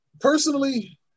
Personally